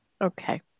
Okay